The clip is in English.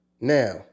Now